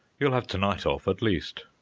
you'll have tonight off at least.